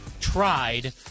tried